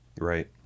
Right